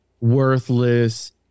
worthless